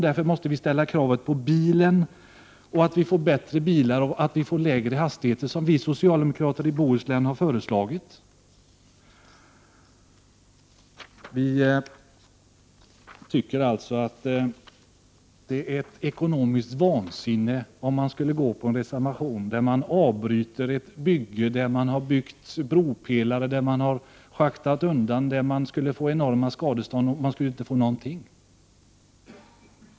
Därför måste vi ställa krav på bättre bilar och lägre hastigheter, som vi socialdemokrater i Bohuslän har föreslagit. Vi anser att det skulle vara ett ekonomiskt vansinne att anta en reservation i vilken man föreslår att ett bygge skall avbrytas, där man redan har byggt bropelare, har schaktat undan mark och skulle få betala enormt stora summor i skadestånd utan att få ut någonting av det hela.